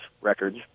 records